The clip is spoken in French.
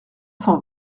cent